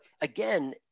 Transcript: again